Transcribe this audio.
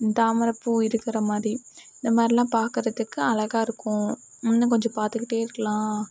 தாமரை பூ இருக்கிற மாதிரி இந்தமாதிரிலாம் பாக்கிறதுக்கு அழகாயிருக்கும் இன்னும் கொஞ்சம் பார்த்துகிட்டே இருக்கலாம்